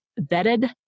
vetted